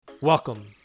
Welcome